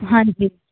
ਹਾਂਜੀ